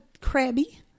crabby